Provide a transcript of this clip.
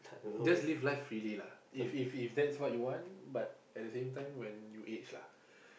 just live life freely lah if if if that's what you want but at the same time when you age lah